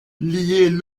lier